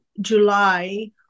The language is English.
july